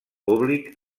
públic